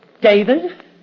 David